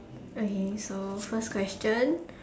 okay so first question